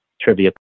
trivia